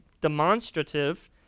demonstrative